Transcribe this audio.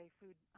food